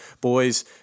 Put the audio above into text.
boys